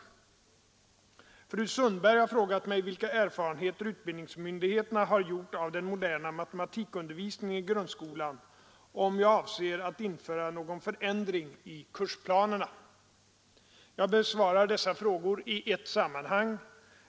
Fru Sundberg har frågat mig, vilka erfarenheter utbildningsmyndigheterna har gjort av den moderna matematikundervisningen i grundskolan och om jag avser att införa någon förändring i kursplanerna. Jag besvarar dessa frågor i ett sammanhang.